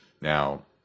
Now